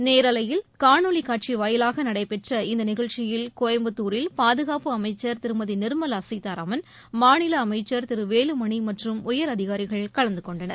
நேரலையில் காணொலி காட்சி வாயிலாக நடைபெற்ற இந்த நிகழ்ச்சியில் கோயம்புத்தூரில் பாதுகாப்பு அமைச்சர் திருமதி நிர்மலா சீதாராமன் மாநில அமைச்சர் திரு வேலுமணி மற்றும் உயரதிகாரிகள் கலந்துகொண்டனர்